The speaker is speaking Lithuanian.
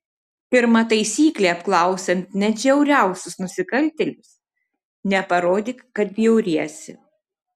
pirma taisyklė apklausiant net žiauriausius nusikaltėlius neparodyk kad bjauriesi